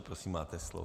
Prosím, máte slovo.